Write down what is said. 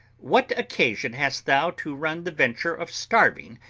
what occasion hast thou to run the venture of starving,